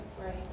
Right